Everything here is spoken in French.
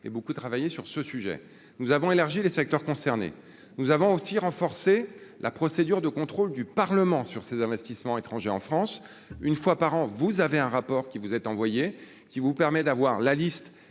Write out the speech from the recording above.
et beaucoup travaillé sur ce sujet nous avons élargi les secteurs concernés, nous avons aussi renforcer la procédure de contrôle du Parlement sur ses investissements étrangers en France, une fois par an, vous avez un rapport qui vous êtes envoyé qui vous permet d'avoir la liste